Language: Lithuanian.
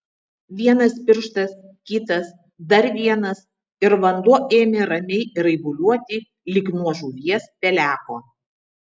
vienas pirštas kitas dar vienas ir vanduo ėmė ramiai raibuliuoti lyg nuo žuvies peleko